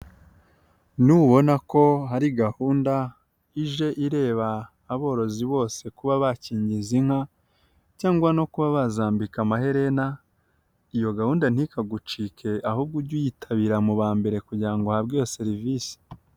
Nubona ko hari gahunda ije ireba aborozi bose kuba bakingiza inka cyangwa no kuba bazambika amaherena, iyo gahunda ntikagucike ahubwo ujye uyitabira mu ba mbere kugira ngo uhabwe iyo serivisi.